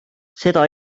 seda